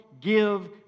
give